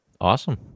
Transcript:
Awesome